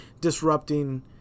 disrupting